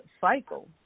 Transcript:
cycle